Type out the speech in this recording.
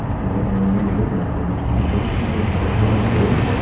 and i and i remember looking at them and telling em, don't you know that's where i wanna go?